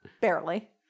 Barely